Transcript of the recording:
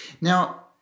Now